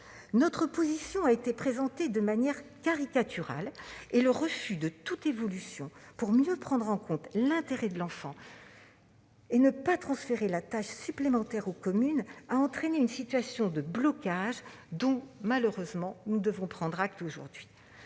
Notre position a été présentée de manière caricaturale et le refus de toute évolution tendant à mieux prendre en compte l'intérêt de l'enfant et à ne pas transférer une tâche supplémentaire aux communes a entraîné une situation de blocage dont nous devons, malheureusement, prendre acte aujourd'hui.